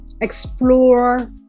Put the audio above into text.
explore